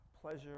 pleasure